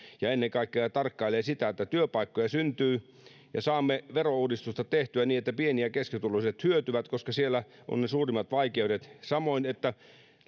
ja ennen kaikkea tarkkailee sitä että työpaikkoja syntyy ja saamme verouudistusta tehtyä niin että pieni ja keskituloiset hyötyvät koska siellä on ne suurimmat vaikeudet samoin että